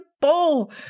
bowl